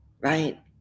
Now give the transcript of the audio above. right